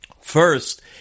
First